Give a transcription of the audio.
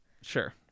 Sure